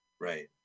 Right